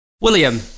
William